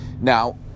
Now